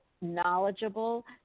knowledgeable